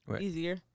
easier